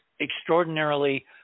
extraordinarily